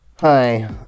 Hi